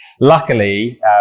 Luckily